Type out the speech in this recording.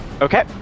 Okay